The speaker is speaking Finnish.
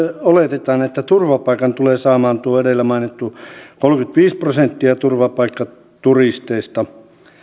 oletetaan että turvapaikan tulee saamaan tuo edellä mainittu kolmekymmentäviisi prosenttia turvapaikkaturisteista